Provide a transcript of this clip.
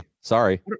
Sorry